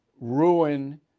ruin